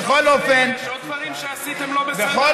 בכל אופן, יש עוד דברים שעשיתם לא בסדר?